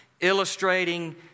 illustrating